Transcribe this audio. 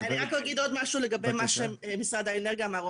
אני רק אגיד עוד משהו לגבי מה שמשרד האנרגיה אמר,